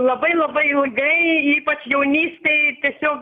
labai labai ilgai ypač jaunystėj tiesiog